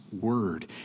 word